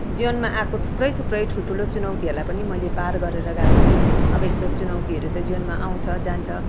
जीवनमा आएको थुप्रै थुप्रै ठुल्ठुलो चुनौतीहरूलाई पनि मैले पार गरेर गएको छु अब यस्तो चुनौतीहरू त जीवनमा आउँछ जान्छ